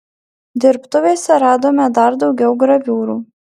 dirbtuvėse radome dar daugiau graviūrų